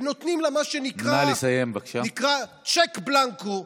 ונותנים לה מה שנקרא צ'ק בלנקו,